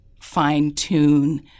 fine-tune